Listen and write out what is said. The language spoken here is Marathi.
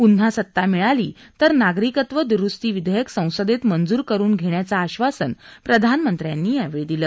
पुन्हा सत्ता मिळाली तर नागरिकत्व दुरुस्ती विधेयक संसदेत मंजूर करून घेण्याचं आश्वासन प्रधानमंत्र्यांनी यावेळी दिलं